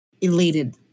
elated